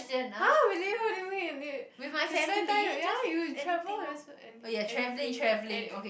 !huh! really what did you mean you you spend time with ya you travel and s~ and anything and